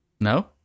no